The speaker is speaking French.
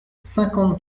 cinquante